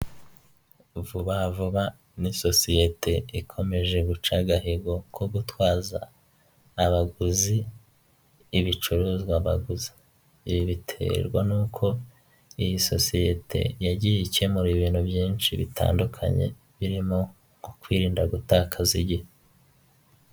Vuba vuba ni sosiyete ikomeje guca agahigo ko gutwaza abaguzi, ibicuruzwa baguze, ibi biterwa n'uko iyi sosiyete yagiye ikemura ibintu byinshi bitandukanye birimo ku kwirinda gutakaza igihe.